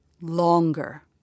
longer